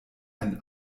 ein